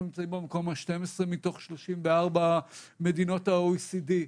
נמצאים במקום ה-12 מתוך 34 מדינות ה-OECD.